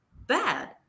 bad